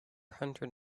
hundred